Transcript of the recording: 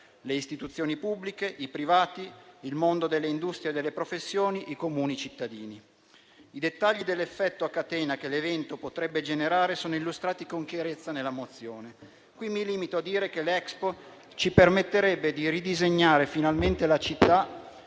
le istituzioni pubbliche, i privati, il mondo dell'industria e delle professioni, i comuni cittadini. I dettagli dell'effetto a catena che l'evento potrebbe generare sono illustrati con chiarezza nella mozione; in questa sede mi limito a dire che l'Expo ci permetterebbe di ridisegnare finalmente la città,